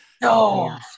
No